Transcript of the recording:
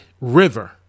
river